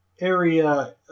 area